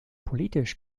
politisch